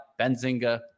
Benzinga